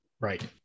Right